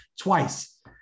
twice